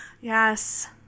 Yes